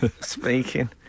speaking